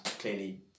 clearly